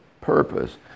purpose